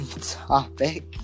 topic